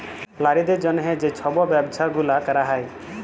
লারিদের জ্যনহে যে ছব ব্যবছা গুলা ক্যরা হ্যয়